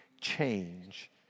change